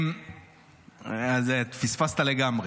פספסת לגמרי.